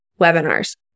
webinars